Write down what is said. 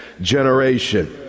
generation